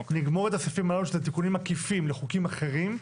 נגמור את הסעיפים היום שזה תיקונים עקיפים לחוקים אחרים,